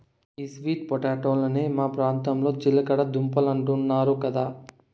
ఈ స్వీట్ పొటాటోలనే మా ప్రాంతంలో చిలకడ దుంపలంటున్నారు కదా